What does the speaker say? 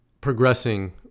progressing